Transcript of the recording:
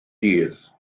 dydd